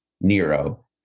Nero